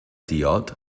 diod